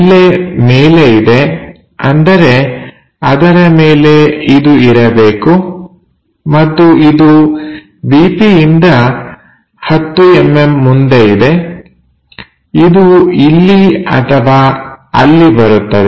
ಇಲ್ಲೇ ಮೇಲೆ ಇದೆ ಅಂದರೆ ಅದರ ಮೇಲೆ ಇದು ಇರಬೇಕು ಮತ್ತು ಇದು ವಿಪಿ ಇಂದ 10mm ಮುಂದೆ ಇದೆ ಇದು ಇಲ್ಲಿ ಅಥವಾ ಅಲ್ಲಿ ಬರುತ್ತದೆ